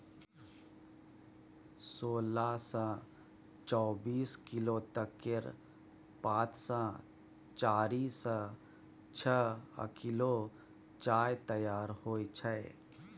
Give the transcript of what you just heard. सोलह सँ चौबीस किलो तक केर पात सँ चारि सँ छअ किलो चाय तैयार होइ छै